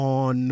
on